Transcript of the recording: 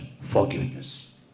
forgiveness